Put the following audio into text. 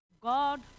God